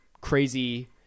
crazy